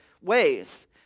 ways